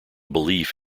belief